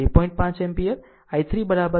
5 ampere II3 3